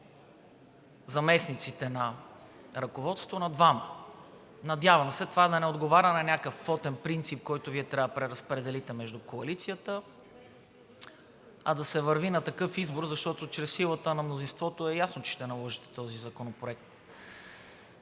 заместниците на ръководството на двама. Надявам се това да не отговаря на някакъв квотен принцип, който Вие трябва да преразпределите между коалицията, а да се върви на такъв избор, защото чрез силата на мнозинството е ясно, че ще наложите този законопроект.